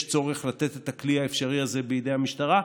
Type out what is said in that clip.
צורך לתת את הכלי האפשרי הזה בידי המשטרה,